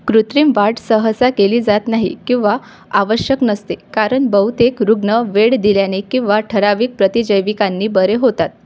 कृत्रिम वाट सहसा केली जात नाही किंवा आवश्यक नसते कारण बहुतेक रुग्ण वेळ दिल्याने किंवा ठराविक प्रतिजैविकांनी बरे होतात